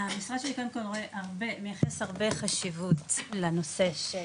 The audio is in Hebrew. המשרד שלי קודם כל רואה הרבה נכס והרבה חשיבות לנושא של.